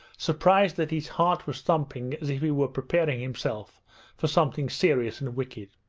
surprised that his heart was thumping as if he were preparing himself for something serious and wicked.